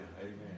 amen